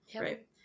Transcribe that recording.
Right